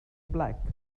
black